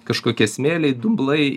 kažkokie smėliai dumblai